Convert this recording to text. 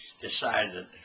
decided